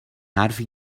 حرفی